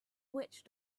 witch